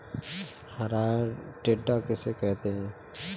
हरा टिड्डा किसे कहते हैं?